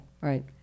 Right